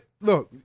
Look